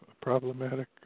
problematic